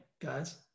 guys